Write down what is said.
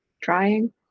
trying